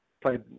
played